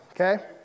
okay